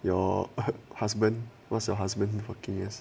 your husband what's your husband working as